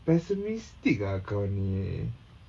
pessimistic ah kau ni